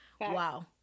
wow